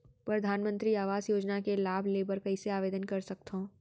परधानमंतरी आवास योजना के लाभ ले बर कइसे आवेदन कर सकथव?